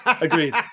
Agreed